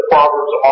Proverbs